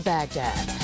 Baghdad